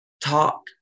talk